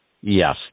Yes